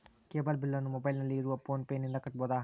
Cable ಬಿಲ್ಲನ್ನು ಮೊಬೈಲಿನಲ್ಲಿ ಇರುವ ಫೋನ್ ಪೇನಿಂದ ಕಟ್ಟಬಹುದಾ?